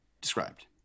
described